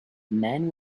man